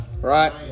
Right